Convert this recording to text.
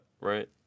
right